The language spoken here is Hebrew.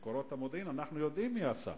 מקורות המודיעין: אנחנו יודעים מי עשה,